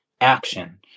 action